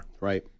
right